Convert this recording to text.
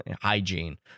hygiene